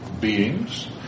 beings